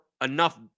enough